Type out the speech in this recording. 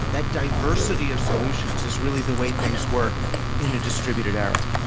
that diversity of solutions is really the way things work in a distributed era.